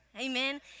Amen